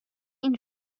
این